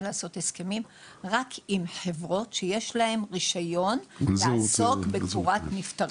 לעשות הסכמים רק עם חברות שיש להן רישיון לעסוק בקבורת נפטרים.